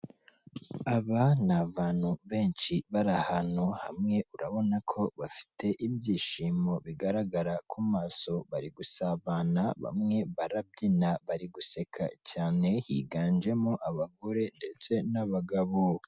Aba ni abantu benshi bari ahantu hamwe, urabona ko bafite ibyishimo, bigaragara ku maso bari gusabana bamwe barabyina bari guseka cyane higanjemo abagore ndetse n'abagabo.